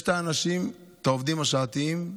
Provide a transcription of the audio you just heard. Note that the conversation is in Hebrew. יש אנשים, העובדים השעתיים,